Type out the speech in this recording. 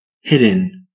hidden